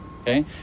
Okay